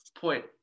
point